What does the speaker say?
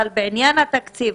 אבל בעניין התקציב,